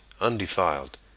undefiled